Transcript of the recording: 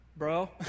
bro